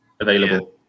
available